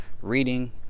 Reading